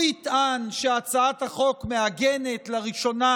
הוא יטען שהצעת החוק מעגנת לראשונה